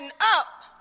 up